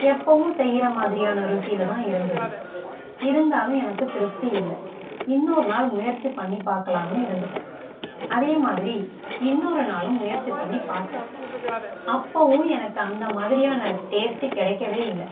எப்பவும் செய்கிற மாதிரியான ருசியில் தான் இருந்தது இருந்தாலும் எனக்கு திருப்தி இல்லை இன்னொருநாள் முயற்சி பண்ணி பார்க்கலாம்னு இருந்துவிட்டேன் அதேமாதிரி இன்னொரு நாளும் முயற்சி பண்ணி பார்த்தேன் அப்போவும் எனக்கு அந்தமாதிரியான டேஸ்ட்டு கிடைக்கவே இல்லை